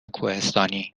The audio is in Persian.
کوهستانی